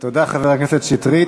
תודה, חבר הכנסת שטרית.